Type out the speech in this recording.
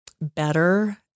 better